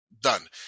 done